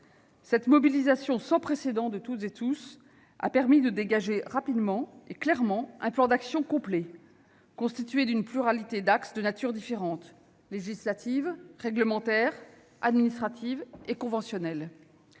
Cette mobilisation sans précédent de toutes et tous a permis de dégager rapidement et clairement un plan d'action complet, constitué d'une pluralité d'axes de natures différentes : législative, réglementaire, administrative et conventionnelle.